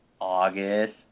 August